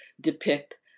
depict